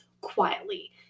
quietly